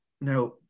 Now